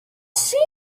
seen